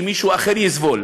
שמישהו אחר יסבול?